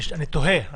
אני תוהה,